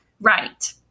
right